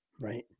Right